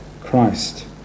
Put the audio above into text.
Christ